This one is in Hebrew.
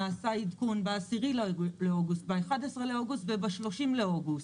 נעשה עדכון ב-10 באוגוסט, ב-11 וב-30 באוגוסט.